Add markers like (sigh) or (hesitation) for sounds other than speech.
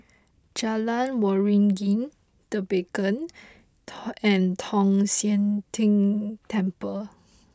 Jalan Waringin The Beacon (hesitation) and Tong Sian Tng Temple